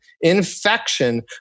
infection